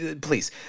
please